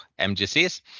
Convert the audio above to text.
MGCs